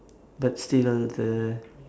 but still ah the